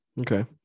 Okay